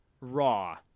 Raw